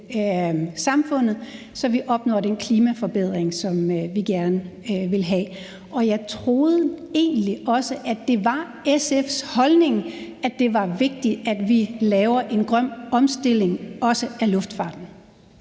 samfundet, sådan at vi opnår den klimaforbedring, som vi gerne vil have. Jeg troede egentlig også, at det var SF's holdning, at det er vigtigt, at vi laver en grøn omstilling, også af luftfarten.